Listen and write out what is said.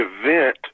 event